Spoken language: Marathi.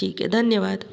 ठीक आहे धन्यवाद